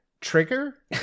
trigger